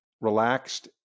relaxed